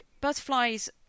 butterflies